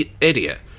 idiot